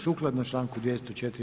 Sukladno članku 204.